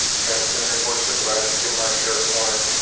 chairman coonerty, board of supervisors jim hart sheriff corner.